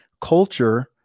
culture